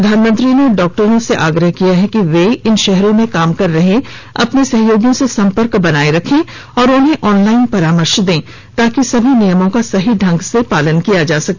प्रधानमंत्री ने डॉक्टरों से आग्रह किया कि वे इन शहरों में काम कर रहे अपने सहयोगियों से संपर्क बनाये रखें और उन्हें ऑनलाइन परामर्श दें ताकि सभी नियमों का सही ढंग से पालन किया जा सके